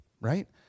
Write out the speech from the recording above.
right